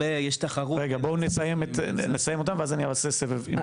בואו נסיים איתם ונעשה סבב.